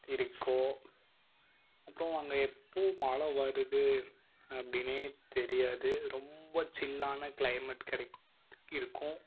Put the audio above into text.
இருக்கும் அப்புறோம் அங்கே எப்போது மழை வருது அப்படின்னே தெரியாது ரொம்ப சில்லான கிளைமேட் கிடைக்கும் இருக்கும்